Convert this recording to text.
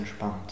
entspannt